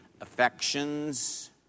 affections